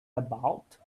about